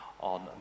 on